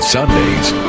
Sundays